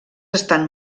estan